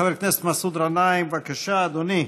חבר הכנסת מסעוד גנאים, בבקשה, אדוני,